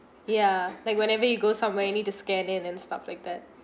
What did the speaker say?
ya like whenever you go somewhere you need to scan in and stuff like that